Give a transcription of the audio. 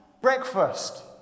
breakfast